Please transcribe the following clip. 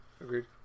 agreed